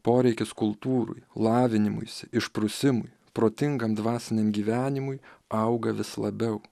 poreikis kultūrai lavinimuisi išprusimui protingam dvasiniam gyvenimui auga vis labiau